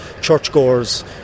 churchgoers